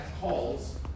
calls